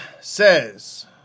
says